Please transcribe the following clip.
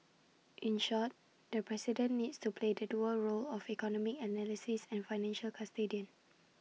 in short the president needs to play the dual roles of economic analyst and financial custodian